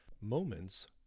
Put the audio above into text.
Moments